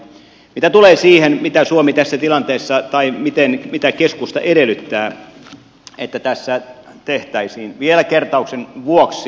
mitä tulee siihen mitä suomi tositilanteissa tai miten pitää keskusta edellyttää että tässä tehtäisiin vielä kertauksen vuoksi